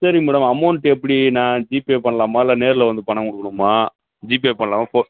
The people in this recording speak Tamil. சரி மேடம் அமௌண்ட்டு எப்படி நான் ஜிபே பண்ணலாமா இல்லை நேரில் வந்து பணம் கொடுக்கணுமா ஜிபே பண்ணலாமா ஃபோ